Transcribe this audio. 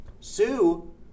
Sue